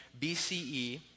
BCE